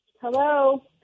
Hello